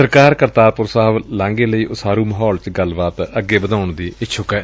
ਸਰਕਾਰ ਕਰਤਾਰਪੁਰ ਲਾਂਘੇ ਲਈ ਉਸਾਰੁ ਮਾਹੌਲ ਚ ਗੱਲਬਾਤ ਅੱਗੇ ਵਧਾਉਣ ਦੀ ਇਛੱਕ ਏ